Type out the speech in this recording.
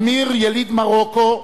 אמיר, יליד מרוקו,